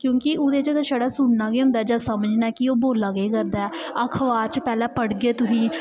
क्योंकि ओह्दे च ते सुनना गै होंदा ऐ जां समझना कि ओह् बोला केह् करदा ऐ अखबार च पैह्लें पढ़गे तुसीं